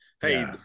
Hey